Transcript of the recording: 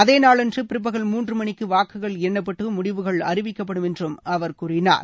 அதே நாளன்று பிற்பகல் மூன்று மணிக்கு வாக்குகள் எண்ணப்பட்டு முடிவுகள் அறிவிக்கப்படும் என்றும் அவர் கூறினார்